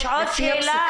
יש עוד שאלה.